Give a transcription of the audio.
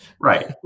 right